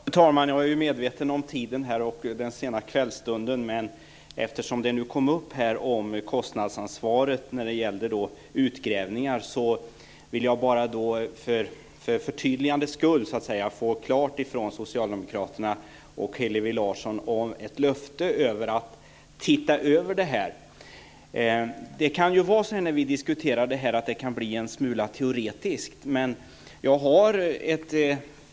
Fru talman! Jag är medveten om tiden och den sena kvällsstunden, men eftersom kostnadsansvaret för utgrävningar kom upp här vill jag för förtydligandets skull få från socialdemokraterna och Hillevi Larsson ett löfte om att se över frågan. Det kan bli en smula teoretiskt när vi diskuterar detta.